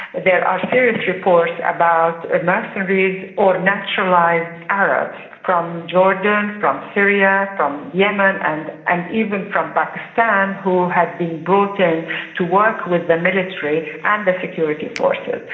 there are serious reports about mercenaries or naturalised arabs from jordan, from syria, from yemen, and and even from pakistan, who had been brought in to work with the military and the security forces.